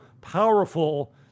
powerful